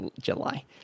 July